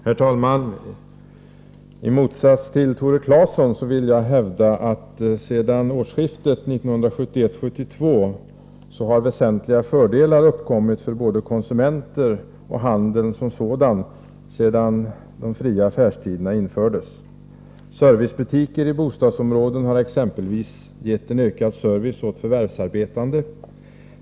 Herr talman! I motsats till Tore Claeson hävdar jag att sedan fria affärstider infördes vid årsskiftet 1971-1972 har väsentliga fördelar uppkommit för både konsumenter och handeln som sådan. Servicebutiker i bostadsområden har exempelvis gett en ökad service åt förvärvsarbetande.